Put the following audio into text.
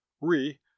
Re